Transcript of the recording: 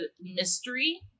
mystery